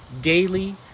daily